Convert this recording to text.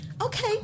Okay